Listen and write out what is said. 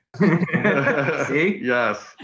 Yes